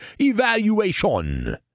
evaluation